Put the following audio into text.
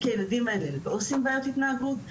כי הילדים האלה לא עושים בעיות התנהגות,